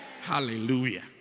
Hallelujah